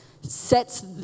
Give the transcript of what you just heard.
sets